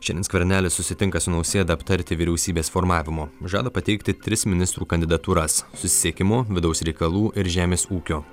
šiandien skvernelis susitinka su nausėda aptarti vyriausybės formavimo žada pateikti tris ministrų kandidatūras susisiekimo vidaus reikalų ir žemės ūkio